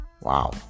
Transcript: Wow